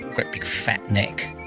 great big fat neck,